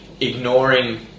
ignoring